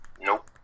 Nope